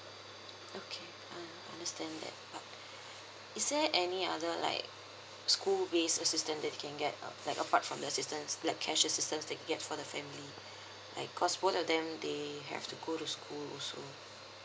okay ah understand that but is there any other like school ways assistance that he can get uh like apart from the assistance like cash assistance they can get for the family like cause both of them they have to go to school also